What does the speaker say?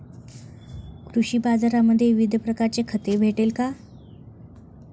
कृषी बाजारांमध्ये विविध प्रकारची खते भेटेल का?